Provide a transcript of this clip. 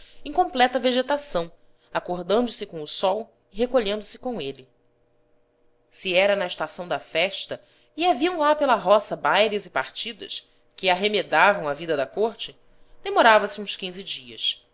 completa vegetação acordando se com o sol e recolhendose com ele se era na estação da festa e haviam lá pela roça bailes e partidas que arremedavam a vida da corte demorava-se uns quinze dias